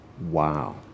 Wow